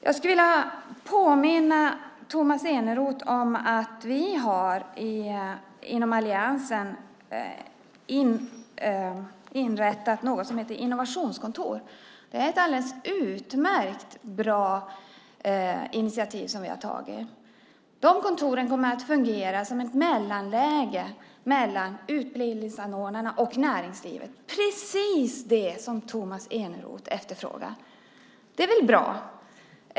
Jag skulle vilja påminna Tomas Eneroth om att vi inom alliansen har inrättat något som heter innovationskontor. Det är ett alldeles utmärkt bra initiativ som vi har tagit. De kontoren kommer att fungera som ett mellanläge mellan utbildningsanordnarna och näringslivet. Det är precis det som Tomas Eneroth efterfrågar. Det är väl bra?